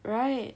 right